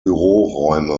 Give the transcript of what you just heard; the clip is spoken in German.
büroräume